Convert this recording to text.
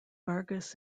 vargas